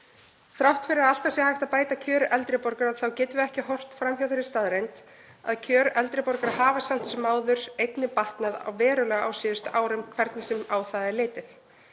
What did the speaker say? Þrátt fyrir að alltaf sé hægt að bæta kjör eldri borgara þá getum við ekki horft fram hjá þeirri staðreynd að kjör eldri borgara hafa samt sem áður einnig batnað verulega á síðustu árum, hvernig sem á það er litið.